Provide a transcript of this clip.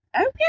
Okay